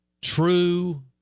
true